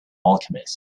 alchemist